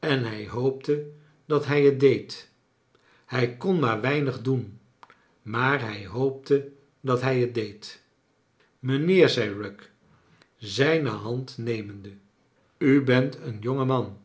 en hij hoopte dat hij t deed hij kon maar weinig doen maar hij hoopte dat hij t deed mijnheer zei pugg zijne hand nemende u bent een jonge man